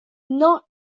not